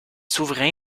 souverains